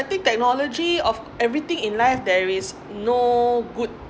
I think technology of everything in life there is no good